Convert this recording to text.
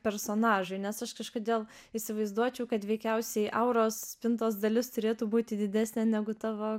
personažui nes aš kažkodėl įsivaizduočiau kad veikiausiai auros spintos dalis turėtų būti didesnė negu tavo